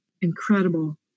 incredible